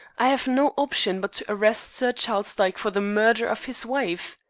i have no option but to arrest sir charles dyke for the murder of his wife.